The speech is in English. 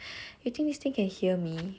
you think this thing can hear me